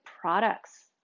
products